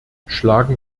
schlagen